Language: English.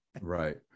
Right